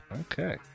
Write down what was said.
Okay